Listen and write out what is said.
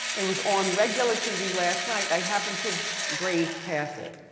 it was on regular tv last night. i happened to have grazed past it.